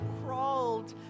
crawled